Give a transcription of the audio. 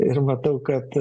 ir matau kad